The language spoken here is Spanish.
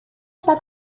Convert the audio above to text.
está